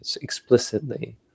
Explicitly